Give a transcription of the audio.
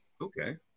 Okay